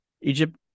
Egypt